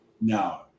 No